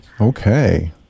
Okay